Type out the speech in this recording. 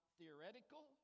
theoretical